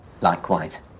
Likewise